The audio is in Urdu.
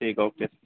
ٹھیک اوکے